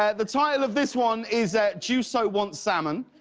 ah the title of this one is ah juuso wants salmon.